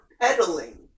pedaling